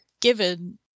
given